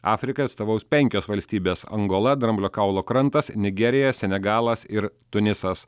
afrikai atstovaus penkios valstybės angola dramblio kaulo krantas nigerija senegalas ir tunisas